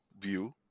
view